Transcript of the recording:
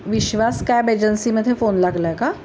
विश्वास cab एजन्सीमध्ये phone लागला आहे का